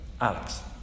Alex